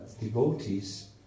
devotees